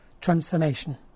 transformation